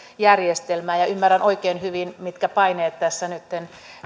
järjestelmää ja ja ymmärrän oikein hyvin mitkä paineet tässä nytten